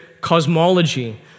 cosmology